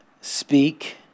speak